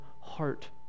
heart